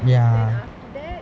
ya